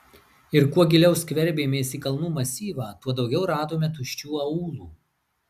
ir kuo giliau skverbėmės į kalnų masyvą tuo daugiau radome tuščių aūlų